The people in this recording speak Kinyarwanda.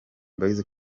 boyz